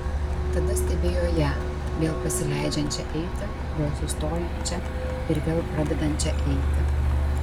tada stebėjo ją vėl pasileidžiančią eiti vėl sustojančią ir vėl pradedančią eiti